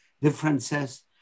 differences